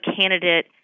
candidate